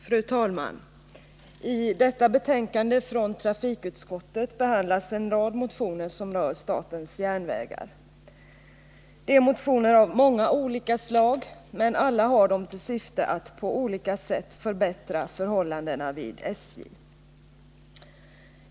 Fru talman! I detta betänkande från trafikutskottet behandlas en rad motioner som rör SJ. Det är motioner av många olika slag, men alla har de till syfte att på olika sätt förbättra förhållandena vid SJ.